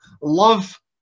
Love